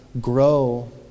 grow